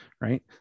right